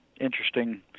interesting